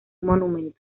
monumento